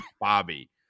bobby